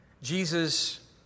Jesus